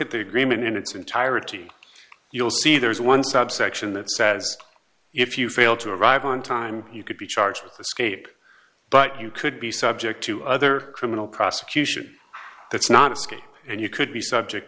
at the agreement in its entirety you'll see there is one subsection that says if you fail to arrive on time you could be charged with escape but you could be subject to other criminal prosecution that's not a scheme and you could be subject